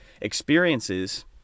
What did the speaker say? experiences